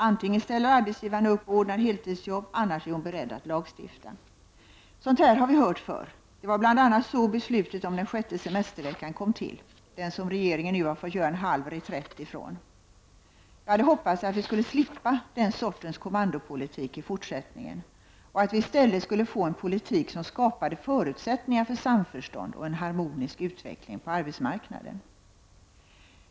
Antingen ställer arbetsgivarna upp och ordnar heltidsjobb, annars är hon beredd att lagstifta. Sådant här har vi hört förr. Det var bl.a. så beslutet om den sjätte semesterveckan kom till — den som regeringen nu har fått göra en halv reträtt från. Jag hade hoppats att vi skulle slippa den sortens kommandopolitik i fortsättningen och att vi i stället skulle få en politik som skapade förutsättningar för samförstånd och en harmonisk utveckling på arbetsmarknaden.